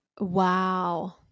Wow